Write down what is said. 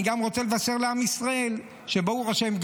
אני גם רוצה לבשר לעם ישראל שברוך השם,